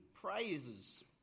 praises